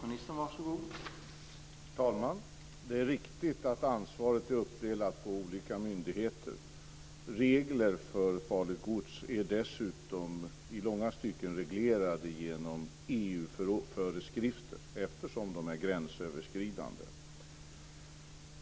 Herr talman! Det är riktigt att ansvaret är uppdelat på olika myndigheter. Regler för farligt gods är dessutom i långa stycken reglerade genom EU-föreskrifter eftersom de är gränsöverskridande.